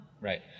Right